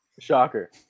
Shocker